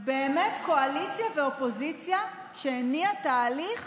באמת קואליציה ואופוזיציה שהניעו תהליך,